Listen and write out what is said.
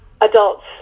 adults